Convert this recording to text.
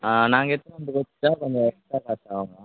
ஆ நாங்கள் எடுத்துன்னு வந்து கொடுத்தா கொஞ்சம் எக்ஸ்டா காசு ஆகும்